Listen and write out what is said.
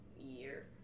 year